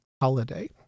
holiday